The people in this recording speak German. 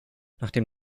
nachdem